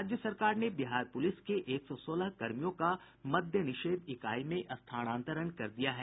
राज्य सरकार ने बिहार पुलिस के एक सौ सोलह कर्मियों का मद्यनिषेध इकाई में स्थानांतरण कर दिया है